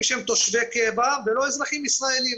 שהם תושבי קבע ולא אזרחים ישראלים.